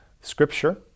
Scripture